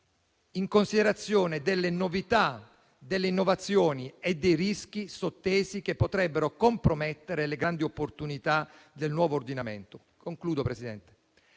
in considerazione delle novità, delle innovazioni e dei rischi sottesi che potrebbero compromettere le grandi opportunità del nuovo ordinamento. Anche in questo